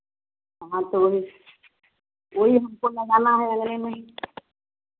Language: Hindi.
हाँ तो वही वही हमको लगाना है अगले महीने